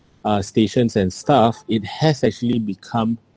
uh stations and stuff it has actually become